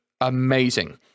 amazing